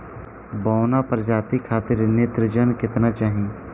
बौना प्रजाति खातिर नेत्रजन केतना चाही?